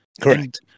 Correct